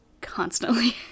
constantly